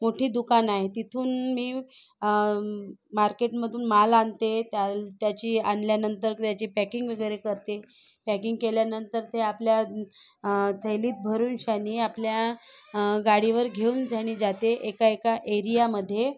मोठी दुकान आहे तिथून मी मार्केटमधून माल आणते त्याची आणल्यानंतर त्याची पॅकिंग वगैरे करते पॅकिंग केल्यानंतर ते आपल्या थैलीत भरूनशानी आपल्या गाडीवर घेऊनशानी जाते एका एका एरियामध्ये